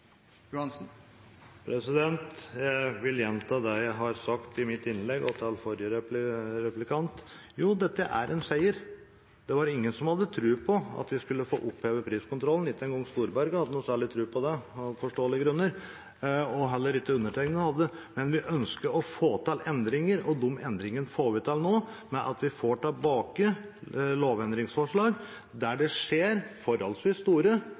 Jeg vil gjenta det jeg har sagt i mitt innlegg og til forrige replikant: Jo, dette er en seier! Det var ingen som hadde noen tro på at vi skulle få opphevet priskontrollen, ikke engang Storberget hadde noen særlig tro på det, av forståelige grunner, og heller ikke undertegnede, men vi ønsket å få til endringer, og de endringene får vi til nå ved at vi får tilbake lovendringsforslag der det skjer forholdsvis store